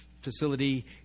facility